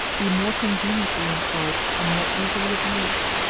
be more conveniently employed and more easily abused.